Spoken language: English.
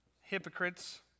hypocrites